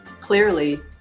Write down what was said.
clearly